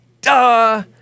Duh